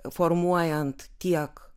formuojant tiek